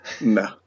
no